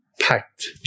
Packed